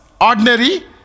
ordinary